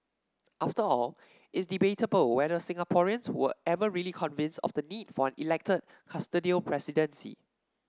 after all it's debatable whether Singaporeans were ever really convinced of the need for an elected custodial presidency